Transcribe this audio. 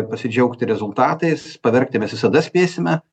pasidžiaugti rezultatais paverkti mes visada spėsime